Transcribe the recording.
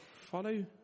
follow